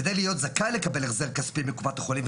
כדי להיות זכאי לקבל החזר כספי מקופת החולים,